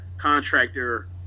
contractor